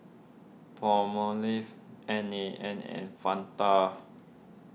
Palmolive N A N and Fanta